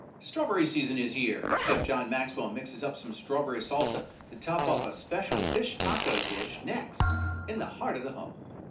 strawberry season is here. chef john maxwell and mixes up some strawberry salsa to top off a special fish taco dish, next in the heart of the home.